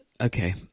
Okay